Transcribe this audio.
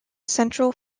central